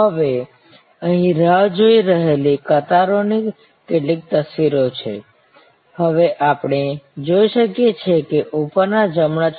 હવે અહીં રાહ જોઈ રહેલી કતારો ની કેટલીક તસવીરો છે હવે આપણે જોઈ શકીએ છીએ કે ઉપરના જમણા